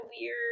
weird